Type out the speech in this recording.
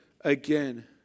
again